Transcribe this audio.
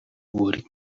would